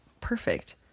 Perfect